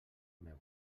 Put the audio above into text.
meu